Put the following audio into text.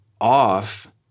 off